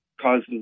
causes